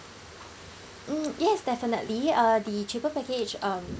mm yes definitely uh the cheaper package um